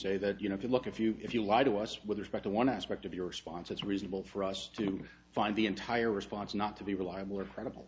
say that you know if you look if you if you lie to us with respect to one aspect of your response it's reasonable for us to find the entire response not to be reliable or credible